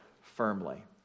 firmly